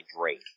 Drake